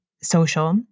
social